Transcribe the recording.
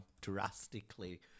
drastically